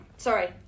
Sorry